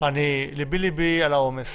ליבי-ליבי על העומס,